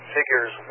Figures